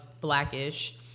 Blackish